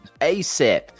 ASAP